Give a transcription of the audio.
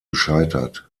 gescheitert